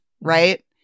right